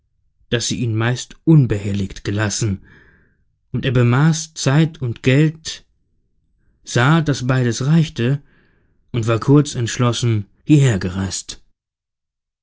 daß sie ihn meist unbehelligt gelassen und er bemaß zeit und geld sah daß beides reichte und war kurzentschlossen